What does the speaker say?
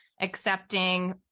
accepting